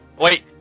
Wait